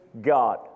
God